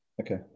Okay